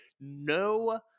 no